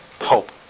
hope